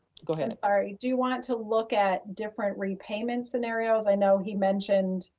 go ahead. i'm sorry. do you want to look at different repayments scenarios? i know he mentioned,